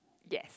yes